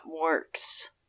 works